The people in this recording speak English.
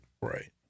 Right